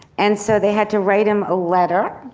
and so they had to write him a letter.